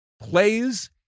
plays